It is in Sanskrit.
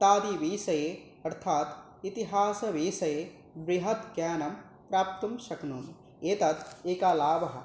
इत्यादिविषये अर्थात् इतिहासविषये बृहज्ज्ञानं प्राप्तुं शक्नोमि एतत् एकलाभः